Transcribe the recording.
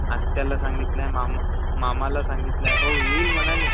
आत्त्याला सांगितलं आहे मामा मामाला सांगितलं आहे हो येईल म्हणाले